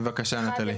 בבקשה, נטלי.